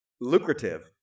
lucrative